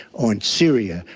on syria,